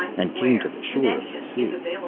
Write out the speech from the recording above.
and came to the shore of the sea,